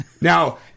Now